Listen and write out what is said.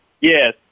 Yes